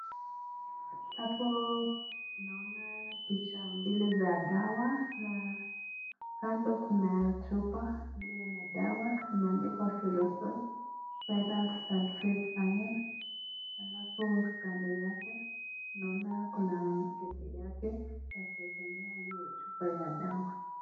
Hapo naona picha mbili za dawa na kando kuna chupa ilyo na dawa imeandikwa Feosol ferrous sulphate iron , halafu kando yake naona kuna mkebe yake ya kuwekelea hiyo chupa ya dawa.